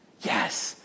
Yes